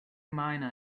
miner